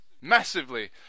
Massively